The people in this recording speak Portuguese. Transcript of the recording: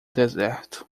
deserto